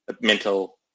mental